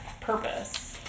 purpose